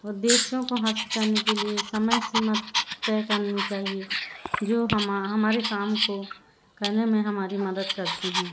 उद्देश्यों को हासिल करने के लिए समय सीमा तय करनी चाहिए जो हमारे काम को करने में हमारी मदद करते हैं